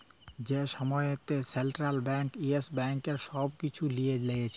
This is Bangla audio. যে সময়তে সেলট্রাল ব্যাংক ইয়েস ব্যাংকের ছব কিছু লিঁয়ে লিয়েছিল